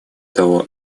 того